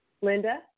Linda